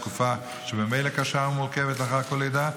תקופה שהיא ממילא קשה ומורכבת לאחר כל לידה,